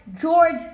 George